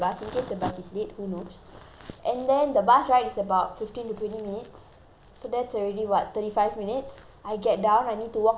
and then the bus ride is about fifteen to twenty minutes so that's already what thirty five minutes I get down I need to walk to the place ten minutes